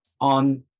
on